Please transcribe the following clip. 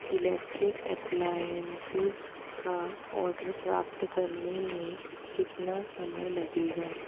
electric appliances का order प्राप्त करने में कितना समय लगेगा